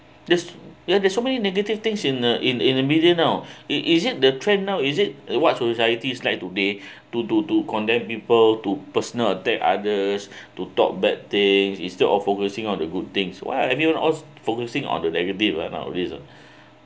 just ya there's so many negative things in the in in the media now it is the trend now is it what society like today to to to condemn people to personal attack others to talk bad things instead of focusing on the good things !wah! everyone all focusing on the negative uh nowadays ha